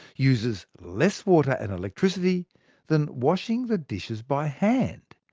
uses less water and electricity than washing the dishes by hand.